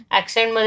accent